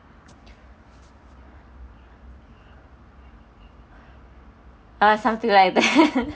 ah something like that